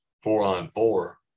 four-on-four